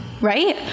right